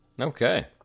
Okay